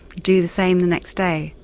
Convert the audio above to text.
do the same the next day.